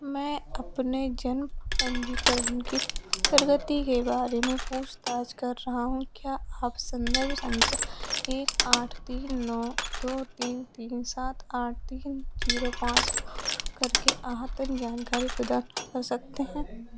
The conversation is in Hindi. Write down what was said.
मैं अपने जन्म पंजीकरण की प्रगति के बारे में पूछताछ कर रहा हूँ क्या आप संदर्भ संख्या एक आठ तीन नौ दो तीन तीन सात आठ तीन जीरो पाँच करके अद्यतन जानकारी प्रदान कर सकते हैं